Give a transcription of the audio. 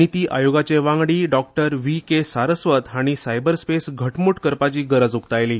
नीती आयोगाचे वांगडी Dr V K Saraswat हाणी सायबरस्पेस घटमूट करपाची गरज उकतायली